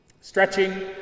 Stretching